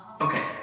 Okay